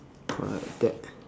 correct